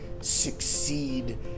succeed